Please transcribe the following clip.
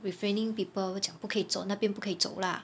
restraining people 讲不可以走那边不可以走 lah